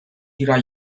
ihrer